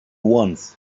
once